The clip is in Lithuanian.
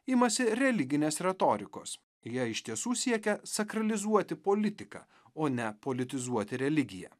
imasi religinės retorikos jie iš tiesų siekia sakralizuoti politiką o ne politizuoti religiją